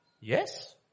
Yes